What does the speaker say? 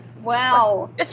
Wow